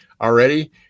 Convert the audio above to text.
already